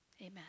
Amen